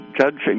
judging